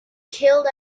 killed